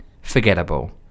forgettable